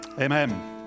Amen